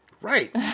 Right